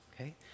okay